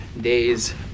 days